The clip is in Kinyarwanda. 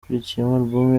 album